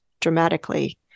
dramatically